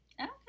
Okay